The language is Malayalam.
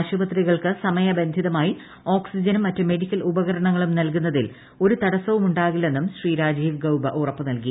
ആശുപത്രികൾക്ക് സമയബന്ധിതമായി ഓക്സിജനും മറ്റ് മെഡിക്കൽ ഉപകരണങ്ങളും നൽകുന്നതിൽ ഒരു തടസ്സമുണ്ടാകില്ലെന്നും ശ്രീ രാജീവ് ഗൌബ ഉറപ്പ് നൽകി